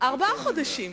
ארבעה חודשים.